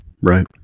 Right